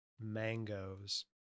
mangoes